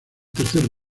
tercer